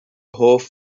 hoff